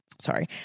Sorry